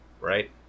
right